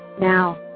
Now